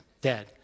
dead